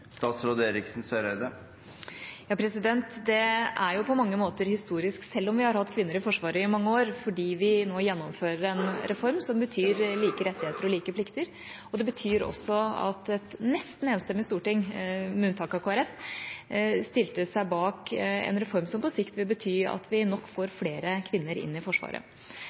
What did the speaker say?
Forsvaret i mange år, når vi nå gjennomfører en reform som betyr like rettigheter og like plikter. Det betyr også at et nesten enstemmig storting, med unntak av Kristelig Folkeparti, stilte seg bak en reform som på sikt vil bety at vi nok får flere kvinner inn i Forsvaret.